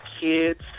kids